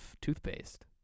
toothpaste